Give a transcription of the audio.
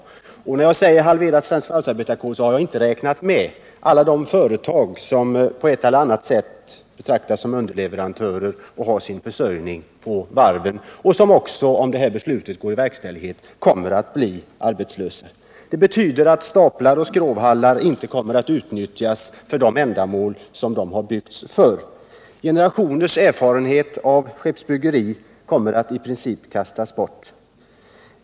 När jag säger detta har jag inte räknat med alla de företag som på ett eller annat sätt betraktas som underleverantörer och har sin försörjning genom varven och som också, om propositionen förverkligas, kommer att bli utan arbete. Det betyder att staplar och skrovhallar inte kommer att utnyttjas för sina ändamål. Generationers erfarenhet av skeppsbyggeri kommer att i princip kastas bort.